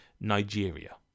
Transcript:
Nigeria